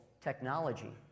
technology